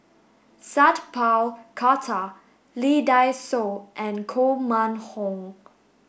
Sat Pal Khattar Lee Dai Soh and Koh Mun Hong